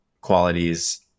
qualities